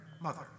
mother